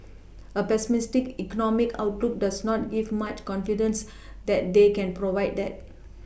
a pessimistic economic outlook does not give much confidence that they can provide that